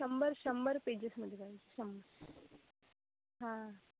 शंभर शंभर पेजेसमध्ये पाहिजे शंभर हा